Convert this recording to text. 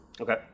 Okay